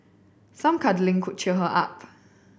some cuddling could cheer her up